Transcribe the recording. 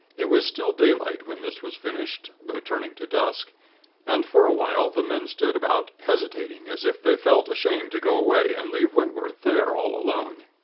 it was still daylight when this was finished though turning to dusk and, for a while, the men stood about, hesitating, as if they felt ashamed to go away and leave wentworth there all alone.